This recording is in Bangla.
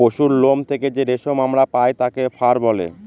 পশুরলোম থেকে যে রেশম আমরা পায় তাকে ফার বলে